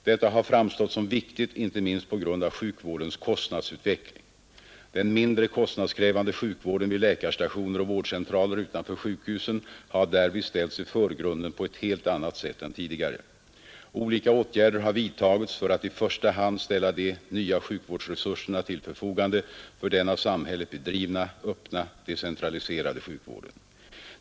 Detta har framstätt som viktigt inte minst på grund av sjukvårdens kostnadsutveckling. Den mindre kostnadskrävande sjukvården vid läkarstationer och värdcentraler utanför sjukhusen har därvid kommit i förgrunden på ett helt annat sätt än tidigare. Olika åtgärder har vidtagits för att i första hand ställa de nya sjukvärdsresurserna till förfogande för den av samhället bedrivna öppna, decentraliserade sjukvården.